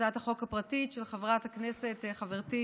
הצעת החוק הפרטית של חברת הכנסת חברתי